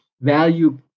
value